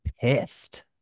pissed